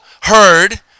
heard